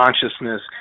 consciousness